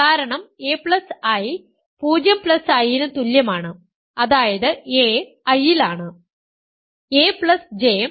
കാരണം aI 0I ന് തുല്യമാണ് അതായത് a I ലാണ്